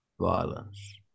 violence